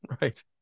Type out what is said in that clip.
right